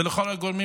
ולכל הגורמים